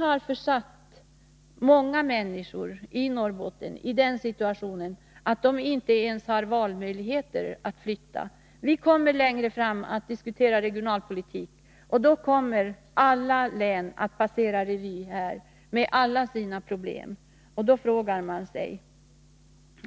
har försatt många människor i Norrbotten i den situationen att de inte ens har någon valmöjlighet när det gäller frågan om att flytta. Vi kommer längre fram att diskutera regionalpolitiken, och då kommer alla län att passera revy med sina problem.